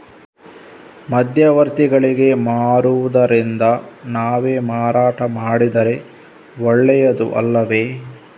ಮಧ್ಯವರ್ತಿಗಳಿಗೆ ಮಾರುವುದಿಂದ ನಾವೇ ಮಾರಾಟ ಮಾಡಿದರೆ ಒಳ್ಳೆಯದು ಅಲ್ಲವೇ?